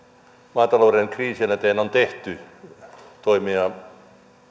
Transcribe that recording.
maatalouden kriisin eteen on tehty toimia